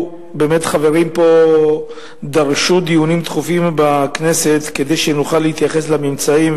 באמת חברים פה דרשו דיונים דחופים בכנסת כדי שנוכל להתייחס לממצאים.